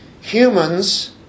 Humans